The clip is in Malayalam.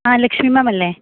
ആ ലക്ഷ്മി മാമല്ലേ